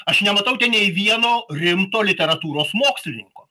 aš nematau ten nei vieno rimto literatūros mokslininko